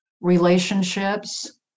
relationships